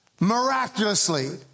miraculously